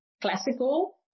classical